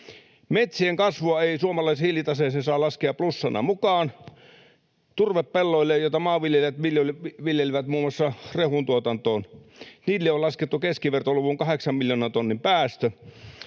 Metsien kasvua ei suomalaiseen hiilitaseeseen saa laskea plussana mukaan. Turvepelloille, joita maanviljelijät viljelevät muun muassa rehuntuotantoon, on laskettu keskivertoluvun mukainen kahdeksan miljoonan tonnin päästö,